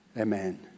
Amen